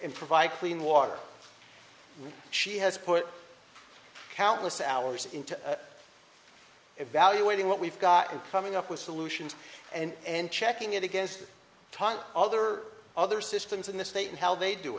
and provide clean water she has put countless hours into evaluating what we've got and coming up with solutions and checking it against tot other other systems in the state and how they do